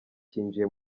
cyinjiye